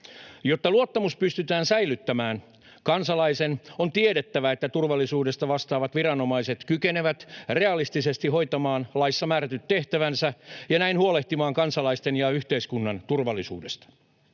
Jotta luottamus pystytään säilyttämään, kansalaisen on tiedettävä, että turvallisuudesta vastaavat viranomaiset kykenevät realistisesti hoitamaan laissa määrätyt tehtävänsä ja näin huolehtimaan kansalaisten ja yhteiskunnan turvallisuudesta.